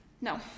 No